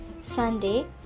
Sunday